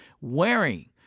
wearing